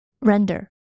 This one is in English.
render